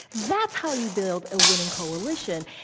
that's how you build a winning coalition.